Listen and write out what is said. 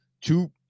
two